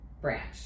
branch